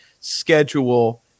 schedule